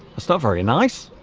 so very nice